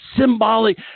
symbolic